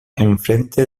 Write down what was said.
enfrente